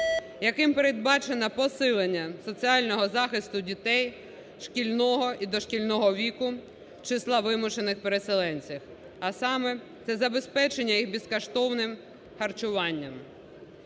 яким передбачено посилення соціального захисту дітей шкільного і дошкільного віку із числа вимушених переселенців, а саме, це забезпечення їх безкоштовним харчуванням.